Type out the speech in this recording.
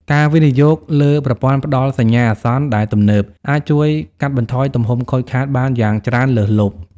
ការវិនិយោគលើ ប្រព័ន្ធផ្ដល់សញ្ញាអាសន្ន ដែលទំនើប អាចជួយកាត់បន្ថយទំហំខូចខាតបានយ៉ាងច្រើនលើសលប់។